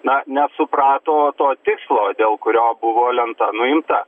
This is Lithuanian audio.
na nesuprato to tikslo dėl kurio buvo lenta nuimta